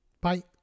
bye